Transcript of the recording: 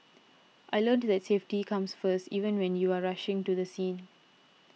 I learnt that safety comes first even when you are rushing to the scene